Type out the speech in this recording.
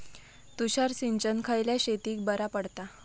तुषार सिंचन खयल्या शेतीक बरा पडता?